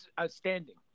outstanding